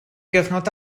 gyfnod